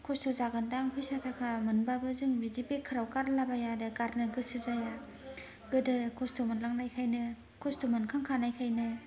खस्थ' जागोनदां फैसा थाखा मोनबाबो बिदि बेकाराव गारला बाया आरो गोसो जाया गोदो खस्थ' मोनलांनायखायनो खस्थ' मोनखांखानायखायनो